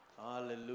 Hallelujah